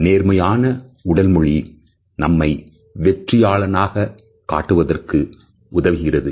நேர்மறையான உடல் மொழி நம்மை வெற்றியாளனாக காட்டுவதற்கு உதவுகிறது